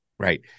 Right